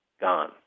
gone